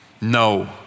No